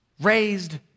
raised